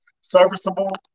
serviceable